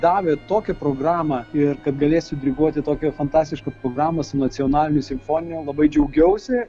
davė tokią programą ir kad galėsiu diriguoti tokią fantastišką programą su nacionaliniu simfoniniu labai džiaugiausi